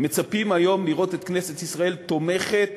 מצפים היום לראות את כנסת ישראל תומכת